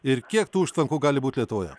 ir kiek tų užtvankų gali būt lietuvoje